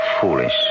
foolish